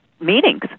meetings